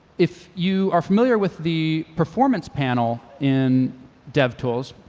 if you are familiar with the performance panel in devtools,